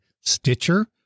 Stitcher